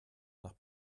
nach